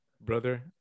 brother